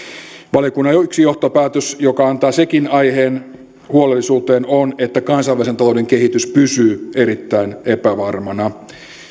valiokunnan yksi johtopäätös joka antaa sekin aiheen huolellisuuteen on että kansainvälisen talouden kehitys pysyy erittäin epävarmana